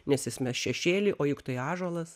nes jis mes šešėlį o juk tai ąžuolas